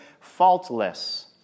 faultless